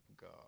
God